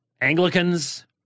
Anglicans